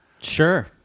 Sure